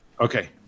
Okay